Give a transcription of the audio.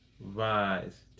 rise